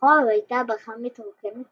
בחרף היתה הברכה מתרוקנת